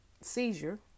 seizure